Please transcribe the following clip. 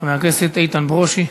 חבר הכנסת איתן ברושי,